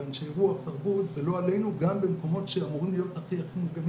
באנשי רוח ותרבות ולא עלינו גם במקומות שאמורים להיות הכי הכי מוגנים